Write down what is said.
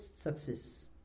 success